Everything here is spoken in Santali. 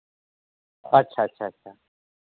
ᱟᱪᱪᱷᱟ ᱟᱪᱪᱷᱟ ᱟᱪᱪᱷᱟ